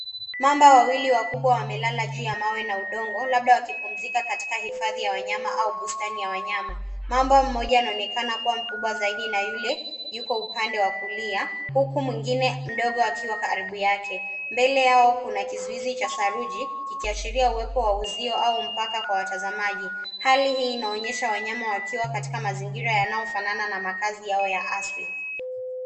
Mamba wawili wakubwa wamelala juu ya mawe na udongo labda wakipumzika katika hifadhi ya wanyama au bustani ya wanyama. Mamba mmoja anaonekana kuwa mkubwa zaidi na yule yuko upande wa kulia huku mwingine mdogo akiwa karibu yake. Mbele yao kuna kizuizi cha saruji kikiashiria uwepo wa uzio au mpaka kwa watazamaji. Hali hii inaonyesha wanyama wakiwa katika mazingira yanayofanana na makazi yao ya asili.